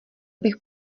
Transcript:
bych